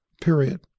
period